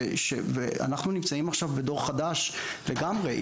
ואנחנו נמצאים עכשיו בדור חדש לגמרי.